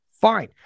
fine